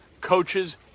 coaches